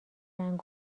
رنگ